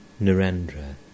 Narendra